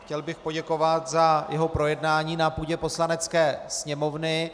Chtěl bych poděkovat za jeho projednání na půdě Poslanecké sněmovny.